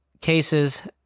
cases